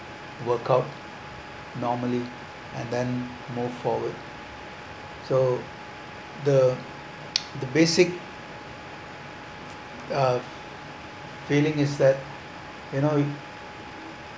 work out normally and then move forward so the the basic uh feeling is that you know it